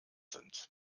sind